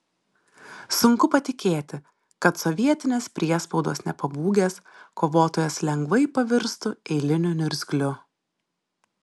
sunku patikėti kad sovietinės priespaudos nepabūgęs kovotojas lengvai pavirstų eiliniu niurgzliu